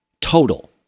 total